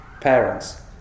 parents